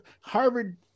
Harvard